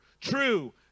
true